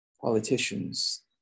politicians